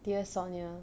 dear sonya